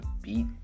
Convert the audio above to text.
beat